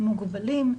"מוגבלים",